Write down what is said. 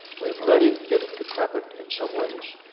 we've let it get decrepit in some ways,